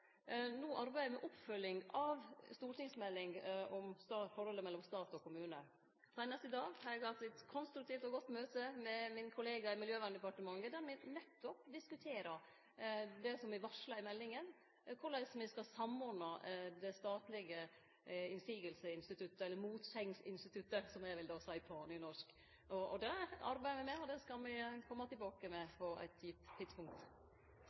No arbeider me med oppfølginga av stortingsmeldinga om forholdet mellom stat og kommune. Seinast i dag har eg hatt eit konstruktivt og godt møte med min kollega i Miljøverndepartementet, der me nettopp diskuterer det som eg varsla i meldinga – korleis me skal samordne det statlege «innsigelsesinstituttet», eller motsegnsinstituttet, som eg vil seie på nynorsk. Det arbeider me med, og det skal me kome tilbake med på eit gitt tidspunkt.